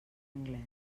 anglès